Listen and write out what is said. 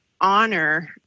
honor